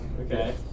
Okay